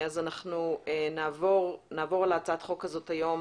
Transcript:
אנחנו נעבור על הצעת החוק הזאת היום